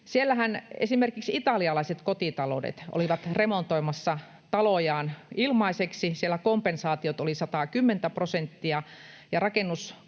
siellähän esimerkiksi italialaiset kotitaloudet olivat remontoimassa talojaan ilmaiseksi. Siellä kompensaatiot olivat 110:tä prosenttia, ja rakennuskannan